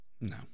No